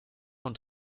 und